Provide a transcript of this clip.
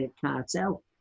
cartel